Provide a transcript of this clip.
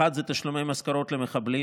אחת, תשלום משכורות למחבלים.